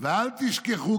"ואל תשכחו.